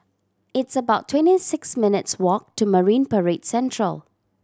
it's about twenty six minutes' walk to Marine Parade Central